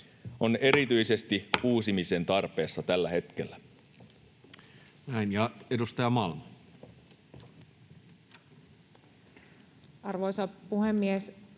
on erityisesti uusimisen tarpeessa tällä hetkellä. Ja edustaja Malm. Arvoisa puhemies!